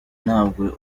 ntabwo